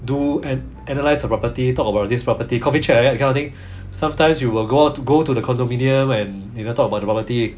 do and analyse the property talk about this property coffee chat that kind of thing sometimes you will go to go to the condominium and you know talk about property